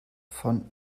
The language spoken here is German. von